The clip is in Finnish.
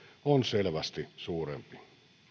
on selvästi suurempi